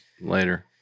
later